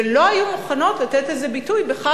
ולא היו מוכנות לתת לזה ביטוי בכך